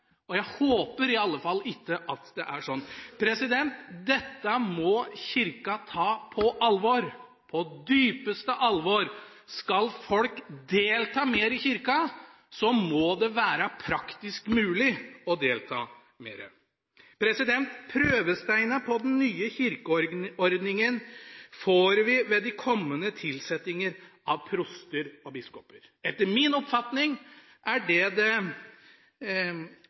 Jeg håper i alle fall at det ikke er sånn. Dette må Kirka ta på alvor – på dypeste alvor. Skal folk delta mer i Kirka, må det være praktisk mulig å delta mer. Prøvesteinen på den nye kirkeordninga får vi ved de kommende tilsettingene av proster og biskoper. Etter min oppfatning er det